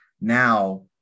now